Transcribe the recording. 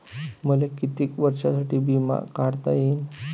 मले कितीक वर्षासाठी बिमा काढता येईन?